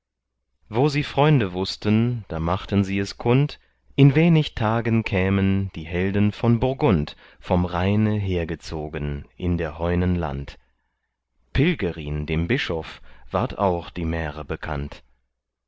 wo sie freunde wußten da machten sie es kund in wenig tagen kämen die helden von burgund vom rheine hergezogen in der heunen land pilgerin dem bischof ward auch die märe bekannt